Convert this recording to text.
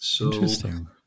Interesting